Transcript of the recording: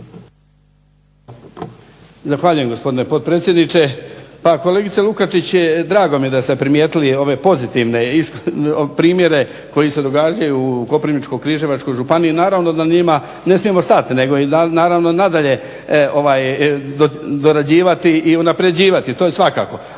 Zahvaljujem, gospodine potpredsjedniče. Pa kolegice Lukačić, drago mi je da ste primjetili ove pozitivne primjere koji se događaju u Koprivničko-križevačkoj županiji. Naravno da na njima ne smijemo stati nego naravno i nadalje dorađivati i unapređivati, to je svakako.